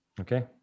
Okay